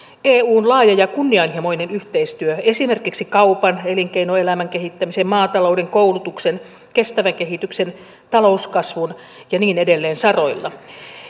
eun laaja ja kunnianhimoinen yhteistyö esimerkiksi kaupan elinkeinoelämän kehittämisen maatalouden koulutuksen kestävän kehityksen talouskasvun ja niin edelleen saroilla